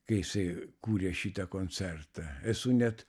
kai jisai kūrė šitą koncertą esu net